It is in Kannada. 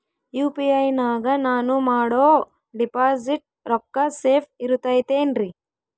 ಯು.ಪಿ.ಐ ನಾಗ ನಾನು ಮಾಡೋ ಡಿಪಾಸಿಟ್ ರೊಕ್ಕ ಸೇಫ್ ಇರುತೈತೇನ್ರಿ?